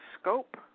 scope